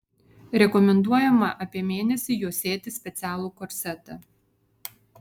rekomenduojama apie mėnesį juosėti specialų korsetą